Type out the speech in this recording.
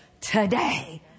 today